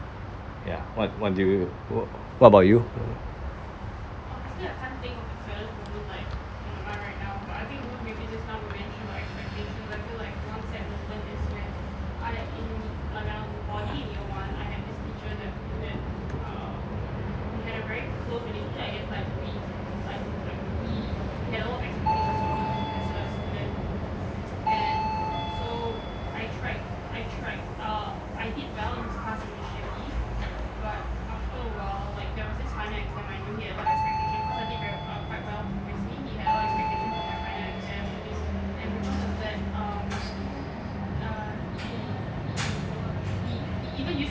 ya what what do you wha~ what about you